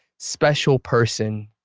special person.